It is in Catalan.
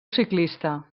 ciclista